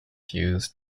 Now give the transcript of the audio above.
use